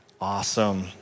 Awesome